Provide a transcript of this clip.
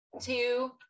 two